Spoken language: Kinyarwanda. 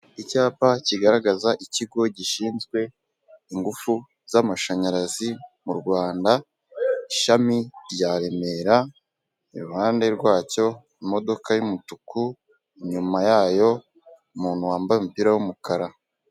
Icyapa kigaragaza ikigo gishinzwe ingufu z'amashanyarazi mu Rwanda ishami rya Remera, iruhande rwacyo imodoka y'umutuku, inyuma yayo umuntu wambaye umupira w'umukara.